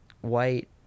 white